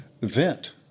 vent